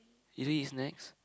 you don't eat snacks